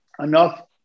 enough